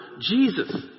Jesus